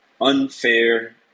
unfair